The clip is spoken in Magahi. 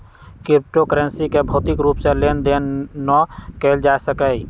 क्रिप्टो करन्सी के भौतिक रूप से लेन देन न कएल जा सकइय